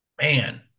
man